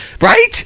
Right